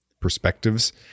perspectives